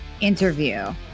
interview